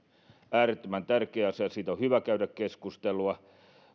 äärettömän tärkeä asia siitä on on hyvä käydä keskustelua